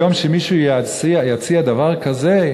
היום שמישהו יציע דבר כזה?